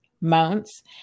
mounts